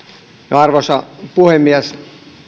arvoisa puhemies